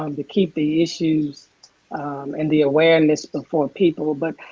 um to keep the issues in the awareness before people, but